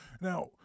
now